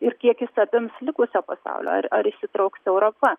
ir kiek jis apims likusio pasaulio ar ar įsitrauks europa